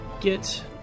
get